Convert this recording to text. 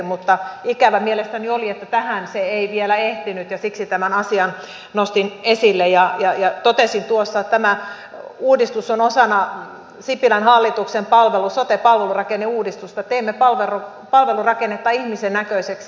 mutta ikävää mielestäni oli että tähän se ei vielä ehtinyt ja siksi tämän asian nostin esille ja totesin tuossa että tämä uudistus on osana sipilän hallituksen sote palvelurakenneuudistusta teemme palvelurakennetta ihmisen näköiseksi